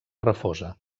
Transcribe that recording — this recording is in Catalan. refosa